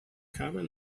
common